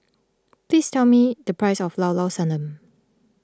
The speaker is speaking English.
please tell me the price of Llao Llao Sanum